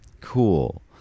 Cool